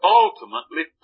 ultimately